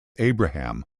abraham